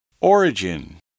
origin